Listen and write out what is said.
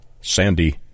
Sandy